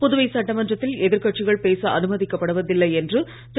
புதுவை சட்டமன்றத்தில் எதிர் கட்சிகள் பேச அனுமதிக்கப் படுவதில்லை என்று திரு